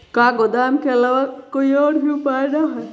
का गोदाम के आलावा कोई और उपाय न ह?